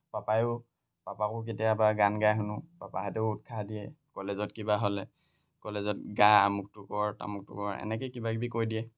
পাপায়ো পাপাকো কেতিয়াবা গান গাই শুনো পাপাহঁতেও উৎসাহ দিয়ে কলেজত কিবা হ'লে কলেজত গা আমুকটো কৰ তামুকটো কৰ এনেকৈ কিবাকিবি কৈ দিয়ে